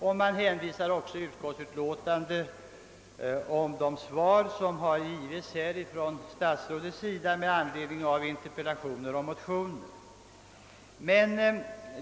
Vidare hänvisas till ett i våras avgivet interpellationssvar.